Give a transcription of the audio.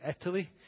Italy